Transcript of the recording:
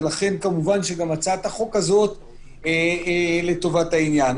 ולכן כמובן שהצעת החוק הזאת לטובת העניין.